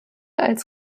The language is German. als